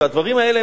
והדברים האלה,